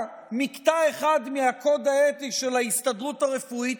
מקטע אחד מהקוד האתי של ההסתדרות הרפואית,